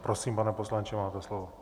Prosím, pane poslanče, máte slovo.